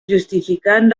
justificant